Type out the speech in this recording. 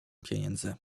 pieniędzy